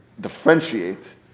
differentiate